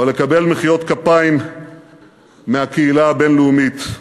לקבל מחיאות כפיים מהקהילה הבין-לאומית.